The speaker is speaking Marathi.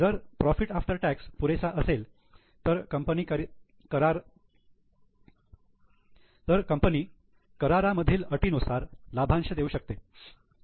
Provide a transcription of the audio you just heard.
जर प्रोफिट आफ्टर टॅक्स पुरेसा असेल तर कंपनी करारातील अटीनुसार लाभांश देऊ शकते